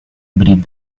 breed